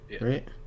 right